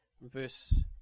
Verse